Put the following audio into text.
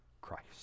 Christ